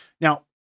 now